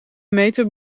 meter